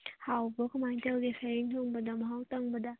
ꯍꯥꯎꯕ꯭ꯔꯣ ꯀꯃꯥꯏ ꯇꯧꯒꯦ ꯁꯥꯔꯦꯡ ꯊꯣꯡꯕꯗꯣ ꯃꯍꯥꯎ ꯇꯪꯕꯗ